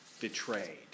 betrayed